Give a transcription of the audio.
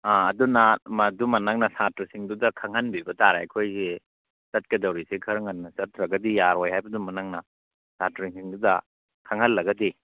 ꯑꯥ ꯑꯗꯨꯅ ꯃꯗꯨꯃ ꯅꯪꯅ ꯁꯥꯇ꯭ꯔꯥꯁꯤꯡꯗꯨꯗ ꯈꯪꯍꯟꯕꯤꯕ ꯇꯥꯔꯦ ꯑꯩꯈꯣꯏꯒꯤ ꯆꯠꯀꯗꯧꯔꯤꯁꯦ ꯈꯔ ꯉꯟꯅ ꯆꯠꯇ꯭ꯔꯒꯗꯤ ꯌꯥꯔꯣꯏ ꯍꯥꯏꯕꯗꯨꯃ ꯅꯪꯅ ꯁꯥꯇ꯭ꯔꯥꯁꯤꯡꯗꯨꯗ ꯈꯪꯍꯜꯂꯒꯗꯤ